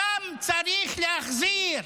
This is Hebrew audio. אותם צריך להחזיר.